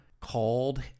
called